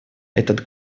этот